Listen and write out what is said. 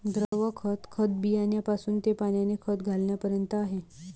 द्रव खत, खत बियाण्यापासून ते पाण्याने खत घालण्यापर्यंत आहे